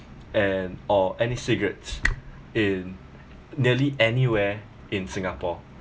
and or any cigarettes in nearly anywhere in singapore